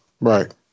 right